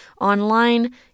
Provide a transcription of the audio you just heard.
online